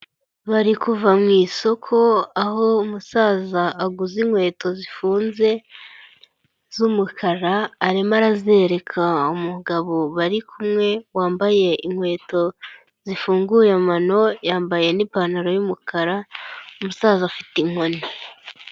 Bari kuva mu isoko aho umusaza aguze inkweto zifunze z'umukara arimo arazereka umugabo bari kumwe wambaye inkweto zifunguye amano, yambaye n'ipantaro y'umukara umusaza afite inkoni.